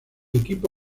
equipo